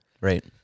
Right